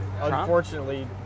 Unfortunately